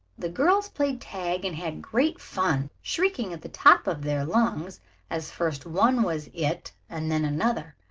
the girls played tag and had great fun, shrieking at the top of their lungs as first one was it and then another.